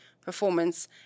performance